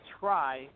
try